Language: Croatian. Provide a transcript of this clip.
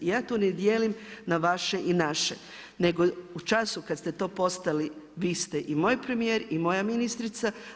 Ja tu ne dijelim na vaše i naše, nego u času kad ste to postali vi ste i moj premijer i moja ministrica.